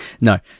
No